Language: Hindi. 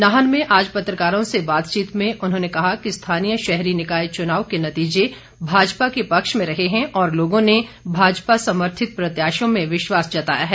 नाहन में आज पत्रकारों से बातचीत में उन्होंने कहा कि स्थानीय शहरी निकाय चुनाव के नतीजे भाजपा के पक्ष में रहे हैं और लोगों ने भाजपा समर्थित प्रत्याशियों में विश्वास जताया है